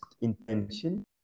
intention